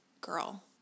girl